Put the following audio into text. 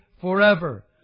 forever